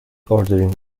ordering